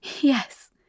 Yes